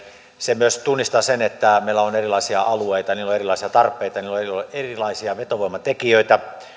se myös tunnistaa sen että meillä on erilaisia alueita niillä on erilaisia tarpeita ja niillä on erilaisia vetovoimatekijöitä